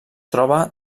troba